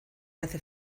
hace